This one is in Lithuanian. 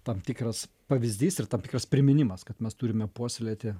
tam tikras pavyzdys ir tam tikras priminimas kad mes turime puoselėti